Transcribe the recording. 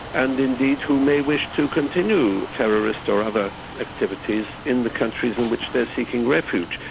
and indeed who may wish to continue terrorist or other activities in the countries in which they are seeking refuge.